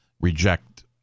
reject